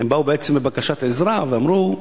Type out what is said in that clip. הם באו בעצם בבקשת עזרה ואמרו: